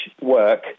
work